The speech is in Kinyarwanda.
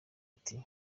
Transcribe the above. ati